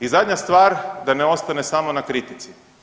I zadnja stvar da ne ostane samo na kritici.